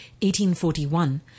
1841